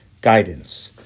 Guidance